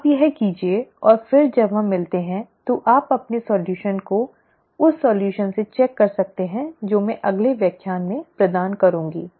आप यह कीजिए और फिर जब हम मिलते हैं तो आप अपने सॉल्यूशन को उस सलूशन से चेक कर सकते हैं जो मैं अगले व्याख्यान में प्रदान करूंगा